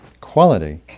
quality